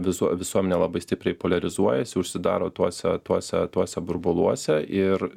visuo visuomenė labai stipriai poliarizuojasi užsidaro tuose tuose tuose burbuluose ir